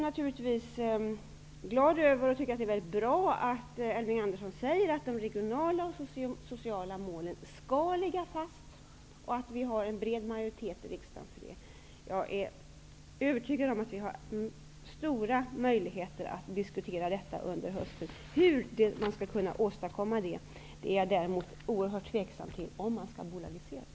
Naturligtvis är jag glad över och tycker att det är väldigt bra att Elving Andersson säger att de regionala och sociala målen skall ligga fast och att det finns en bred majoritet i riksdagen för det. Jag är övertygad om att vi har stora möjligheter att diskutera detta under hösten. Hur man skall kunna åstadkomma det är jag däremot oerhört tveksam till, om man skall bolagisera.